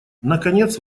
наконец